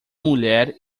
mulher